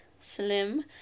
slim